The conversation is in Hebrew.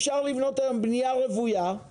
אפשר לבנות היום בנייה רוויה,